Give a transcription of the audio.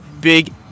Big